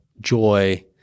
joy